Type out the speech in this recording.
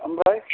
ओमफ्राय